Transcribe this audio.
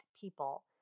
people